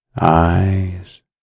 eyes